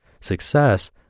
success